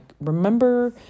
remember